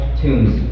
tombs